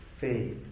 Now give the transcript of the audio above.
faith